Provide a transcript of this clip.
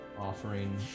offering